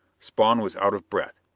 spawn was out of breath,